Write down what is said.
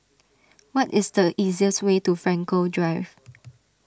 what is the easiest way to Frankel Drive